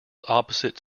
opposite